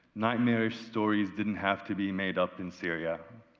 nightmare stories didn't have to be made up in syria.